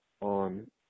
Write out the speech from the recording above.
on